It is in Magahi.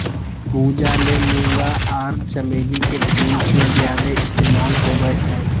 पूजा ले मूंगा आर चमेली के फूल के ज्यादे इस्तमाल होबय हय